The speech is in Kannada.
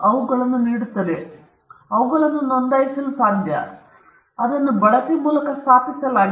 ಟ್ರೇಡ್ಮಾರ್ಕ್ಗಳು ವಿಶೇಷ ಹಕ್ಕುಗಳನ್ನು ಹೊಂದಿವೆ ಸರ್ಕಾರವು ಅವುಗಳನ್ನು ನೀಡುತ್ತದೆ ನೀವು ಅವುಗಳನ್ನು ನೋಂದಾಯಿಸಲು ಸಾಧ್ಯ ಅಥವಾ ಅದನ್ನು ಬಳಕೆ ಮೂಲಕ ಸ್ಥಾಪಿಸಲಾಗಿದೆ